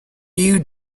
you